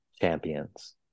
champions